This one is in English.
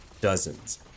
dozens